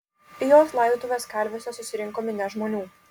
į jo laidotuves kalviuose susirinko minia žmonių